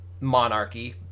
monarchy